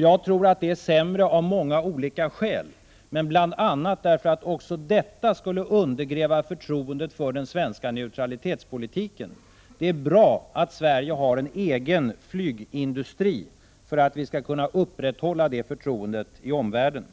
Jag tror att det är sämre av många olika skäl, bl.a. därför att också detta skulle undergräva förtroendet för den svenska neutralitetspolitiken. Det är bra att Sverige har en egen flygindustri för att vi skall kunna upprätthålla det förtroendet i omvärlden.